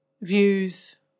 views